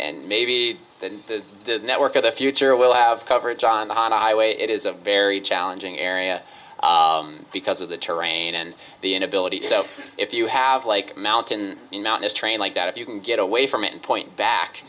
and maybe then the network of the future will have coverage on the on a highway it is a very challenging area because of the terrain and the inability so if you have like a mountain in mountainous terrain like that if you can get away from it and point back